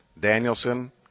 Danielson